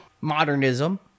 modernism